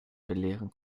belehren